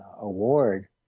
award